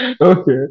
Okay